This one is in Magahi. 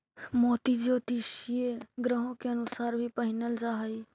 मोती ज्योतिषीय ग्रहों के अनुसार भी पहिनल जा हई